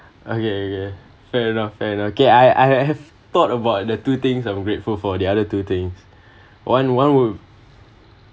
okay okay fair enough fair enough K I I have thought about the two things I'm grateful for the other two things one one would